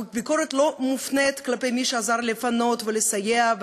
הביקורת לא מופנית למי שעזר לפנות ולסייע,